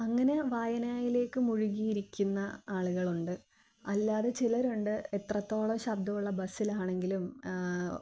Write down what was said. അങ്ങനെ വായനയിലേക്കു മുഴുകിയിരിക്കുന്ന ആളുകളുണ്ട് അല്ലാതെ ചിലരുണ്ട് എത്രത്തോളം ശബ്ദമുള്ള ബസ്സിലാണെങ്കിലും